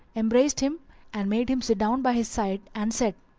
embraced him and made him sit down by his side and said,